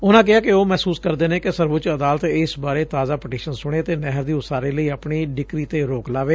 ਉਨਾਂ ਕਿਹਾ ਕਿ ਉਹ ਮਹਿਸੁਸ ਕਰਦੇ ਨੇ ਕਿ ਸਰਵਊੱਚ ਅਦਾਲਤ ਇਸ ਬਾਰੇ ਤਾਜ਼ਾ ਪਟੀਸ਼ਨ ਸੁਣੇ ਅਤੇ ਨਹਿਰ ਦੀ ਉਸਾਰੀ ਲਈ ਆਪਣੀ ਡਿਕਰੀ ਤੇ ਰੋਕ ਲਾਵੇ